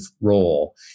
role